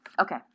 Okay